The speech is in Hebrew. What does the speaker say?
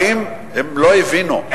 האם הם לא הבינו,